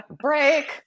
break